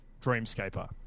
Dreamscaper